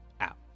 out